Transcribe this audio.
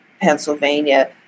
Pennsylvania